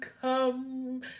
come